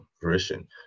fruition